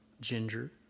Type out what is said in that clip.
Ginger